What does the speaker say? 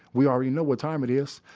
we already know what time it is.